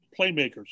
playmakers